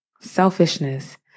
selfishness